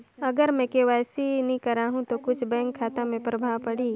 अगर मे के.वाई.सी नी कराहू तो कुछ बैंक खाता मे प्रभाव पढ़ी?